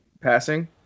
passing